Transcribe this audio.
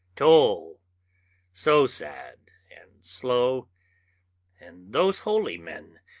toll so sad and slow and those holy men,